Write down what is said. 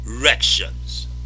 directions